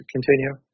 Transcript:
Continue